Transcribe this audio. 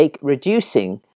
Reducing